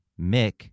Mick